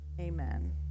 amen